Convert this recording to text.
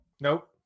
Nope